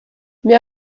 mais